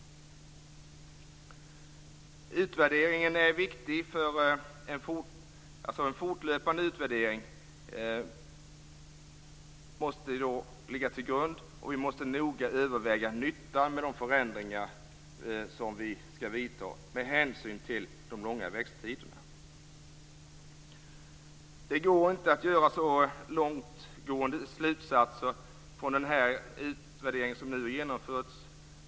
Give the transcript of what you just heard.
Det är viktigt att ha en fortlöpande utvärdering, och vi måste noga överväga nyttan med de förändringar som vi vidtar men hänsyn till de långa växttiderna. Det går inte att dra så långtgående slutsatser av den utvärdering som nu genomförts.